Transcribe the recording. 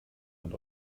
und